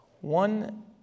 one